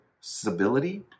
stability